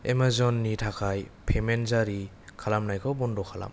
एमाजननि थाखाय पेमेन्ट जारि खालामनायखौ बन्द' खालाम